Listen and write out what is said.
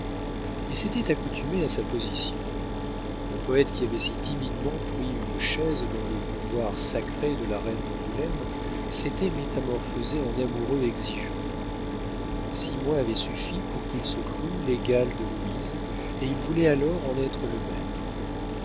il s'était accoutumé à sa position le poète qui avait si timidement pris une chaise dans le boudoir sacré de la reine d'angoulême s'était métamorphosé en amoureux exigeant six mois avaient suffi pour qu'il se crût l'égal de louise et il voulait alors en être le maître